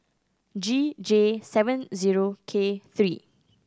G J seven zero K three